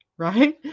Right